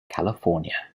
california